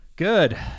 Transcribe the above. Good